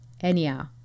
Anyhow